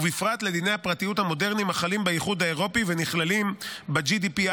ובפרט לדיני הפרטיות המודרניים החלים באיחוד האירופי ונכללים ב-GDPR,